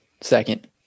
Second